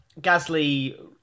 Gasly